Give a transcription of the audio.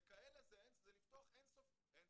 כאלה, זה לפתוח סימן